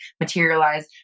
materialize